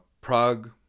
Prague